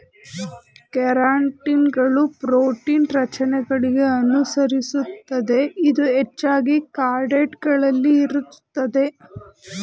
ಕೆರಾಟಿನ್ಗಳು ಪ್ರೋಟೀನ್ ರಚನೆಗಳಿಗೆ ಅನುಸರಿಸುತ್ತದೆ ಇದು ಹೆಚ್ಚಾಗಿ ಕಾರ್ಡೇಟ್ ಗಳಲ್ಲಿ ಇರ್ತದೆ